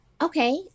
Okay